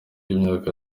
imyaka